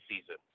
season